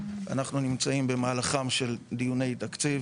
אנחנו נמצאים במהלכם של דיוני תקציב